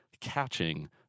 catching